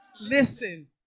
Listen